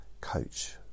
Coach